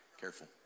careful